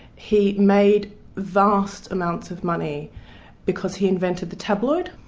he made vast amounts of money because he invented the tabloid,